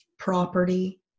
property